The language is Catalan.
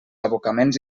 abocaments